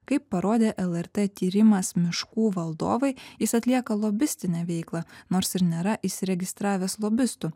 kaip parodė lrt tyrimas miškų valdovai jis atlieka lobistinę veiklą nors ir nėra įsiregistravęs lobistu